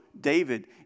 David